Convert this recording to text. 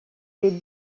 est